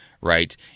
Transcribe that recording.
right